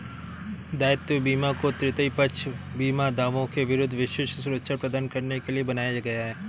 दायित्व बीमा को तृतीय पक्ष बीमा दावों के विरुद्ध विशिष्ट सुरक्षा प्रदान करने के लिए बनाया गया है